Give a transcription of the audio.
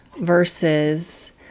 versus